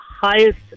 highest